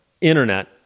internet